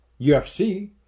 UFC